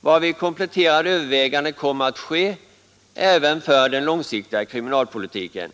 varvid kompletterande överväganden kommer att ske även i fråga om den långsiktiga kriminalpolitiken.